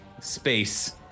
space